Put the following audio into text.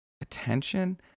attention